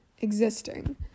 existing